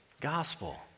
gospel